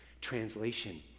Translation